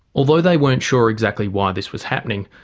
although they weren't sure exactly why this was happening,